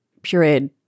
pureed